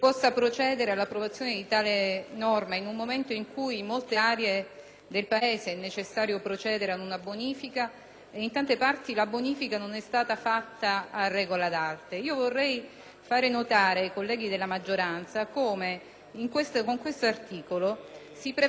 del Paese è necessario procedere ad una bonifica e in altrettante altre la bonifica non è stata fatta a regola d'arte. Vorrei far notare ai colleghi della maggioranza come con questo articolo si prevede l'abbandono del contenzioso e dunque la rinuncia al diritto di far valere